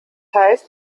heißt